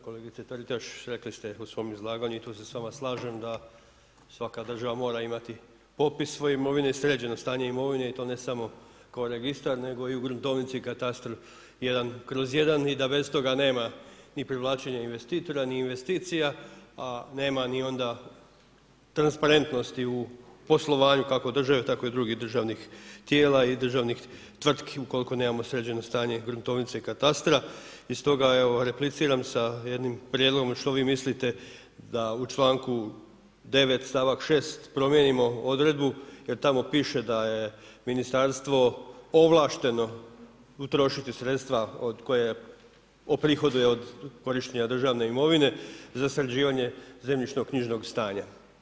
Kolegice Taritaš, rekli ste u svom izlaganju i tu se s vama slažem da svaka država mora imati popis svoje imovine i sređeno stanje imovine i to ne samo kao registar nego i u gruntovnici, katastru, jedan kroz jedan i da bez toga ni privlačenja investitora a nema ni onda transparentnosti u poslovanju kako države tako i drugih državnih tijela i državnih tvrtki ukoliko nemamo sređeno stanje gruntovnice i katastra i stoga repliciram sa jednim prijedlogom što vi mislite da u članku 9. stavak 6. promijenimo odredbu jer tamo piše da je ministarstvo ovlašteno utrošiti sredstva koja uprihoduje od korištenja državne imovine za sređivanje zemljišno-knjižnog stanja.